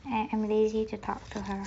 I I'm lazy to talk to her